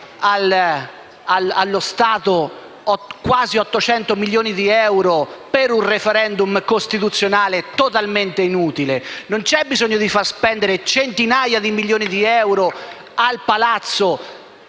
allo Stato quasi 800 milioni di euro per un *referendum* costituzionale totalmente inutile; non c'è bisogno di far spendere centinaia di milioni di euro ai palazzi